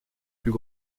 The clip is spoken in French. plus